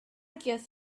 guess